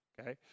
okay